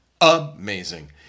amazing